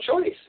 choice